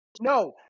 No